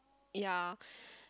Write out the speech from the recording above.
yeah